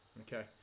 Okay